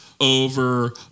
over